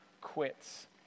quits